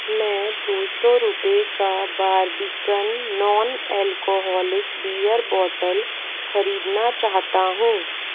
मैं दो सौ रुपए का Barbican non alcoholic beer bottle खरीदना चाहता हूँ